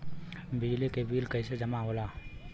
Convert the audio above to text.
बिजली के बिल कैसे जमा होला?